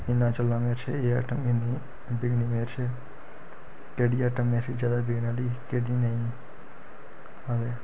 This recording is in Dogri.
किन्ना चलना मेरा शा एह् आइटम इ'न्नी बिकनी मेरे शा केह्ड़ी आइटम मेरे शा ज्यादा बिकने आह्ली ते केह्ड़ी नेईं अदे